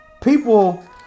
people